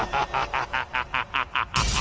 i